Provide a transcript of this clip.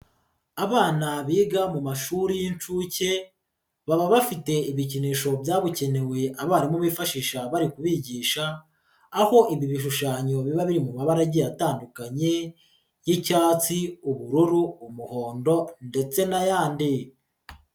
Abana biga mu mashuri y'incuke, baba bafite ibikinisho byabugenewe abarimu bifashisha bari kubigisha, aho ibi bishushanyo biba biri mu mabara agiye atandukanye y'icyatsi, ubururu, umuhondo ndetse n'ayandi.